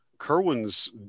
Kerwin's